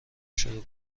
شروع